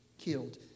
killed